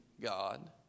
God